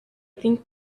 think